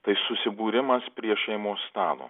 tai susibūrimas prie šeimos stalo